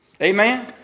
Amen